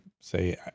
say